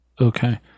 Okay